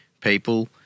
people